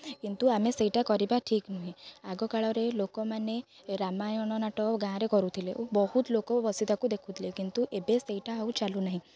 କିନ୍ତୁ ଆମେ ସେଇଟା କରିବା ଠିକ୍ ନୁହେଁ ଆଗ କାଳରେ ଲୋକମାନେ ରାମାୟଣ ନାଟ ଗାଁରେ କରୁଥିଲେ ଓ ବହୁତ ଲୋକ ବସି ତାକୁ ଦେଖୁଥିଲେ କିନ୍ତୁ ଏବେ ସେଇଟା ଆଉ ଚାଲୁନାହିଁ